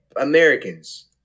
Americans